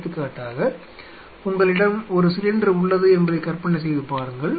எடுத்துக்காட்டாக உங்களிடம் ஒரு சிலிண்டர் உள்ளது என்பதை கற்பனை செய்து பாருங்கள்